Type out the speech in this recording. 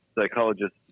psychologist